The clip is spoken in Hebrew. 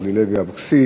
אורלי לוי אבקסיס.